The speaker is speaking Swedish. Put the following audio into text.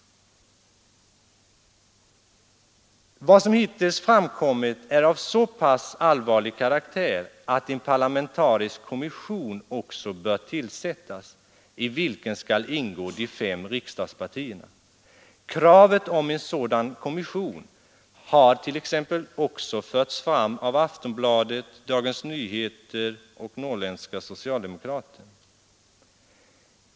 Vad som hittills framkommit är av så pass allvarlig karaktär att en parlamentarisk kommission också bör tillsättas, i vilken skall ingå representanter för de fem riksdagspartierna. Kravet på en sådan kommission har t.ex. också förts fram av Aftonbladet, Dagens Nyheter och Norrländska Socialdemokraten.